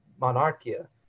Monarchia